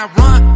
run